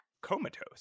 comatose